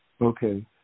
Okay